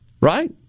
Right